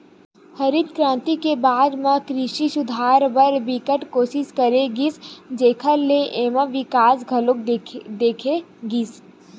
हरित करांति के बाद म कृषि सुधार बर बिकट कोसिस करे गिस जेखर ले एमा बिकास घलो देखे गिस